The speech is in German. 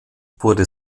wurde